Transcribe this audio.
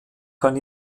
kann